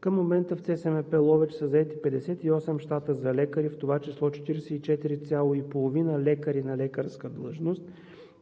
Към момента в ЦСМП – Ловеч, са заети 58 щата за лекари, в това число 44,5 лекари на лекарска длъжност,